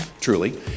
truly